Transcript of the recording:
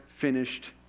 finished